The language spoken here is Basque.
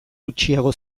gutxiago